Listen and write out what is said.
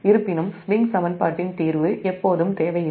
இருப்பினும் ஸ்விங் சமன்பாட்டின் தீர்வு எப்போதும் தேவையில்லை